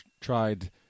tried